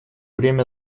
время